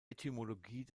etymologie